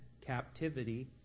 captivity